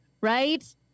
right